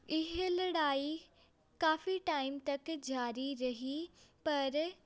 ਇਹ ਲੜਾਈ ਕਾਫ਼ੀ ਟਾਈਮ ਤੱਕ ਜਾਰੀ ਰਹੀ ਪਰ